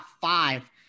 five